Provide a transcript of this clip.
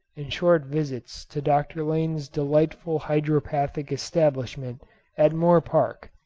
and short visits to dr. lane's delightful hydropathic establishment at moor park.